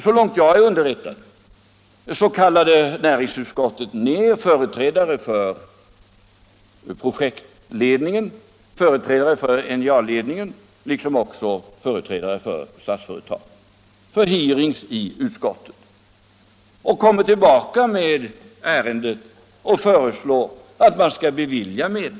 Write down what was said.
Så långt jag är underrättad kallade näringsutskottet företrädare för projektledningen och för NJA-ledningen, liksom också företrädare för Statsföretag, till hearings i utskottet — och kom tillbaka med ärendet och föreslog att riksdagen skulle bevilja medel.